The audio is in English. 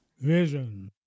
Vision